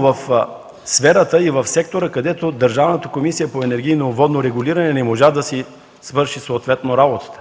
в сферата или в сектора, където Държавната комисия за енергийно и водно регулиране не можа да си свърши съответно работата.